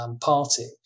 party